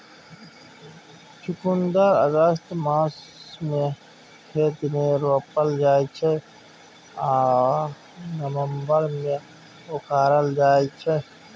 चुकंदर अगस्त मासमे खेत मे रोपल जाइ छै आ नबंबर मे उखारल जाइ छै